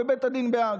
בבית הדין בהאג.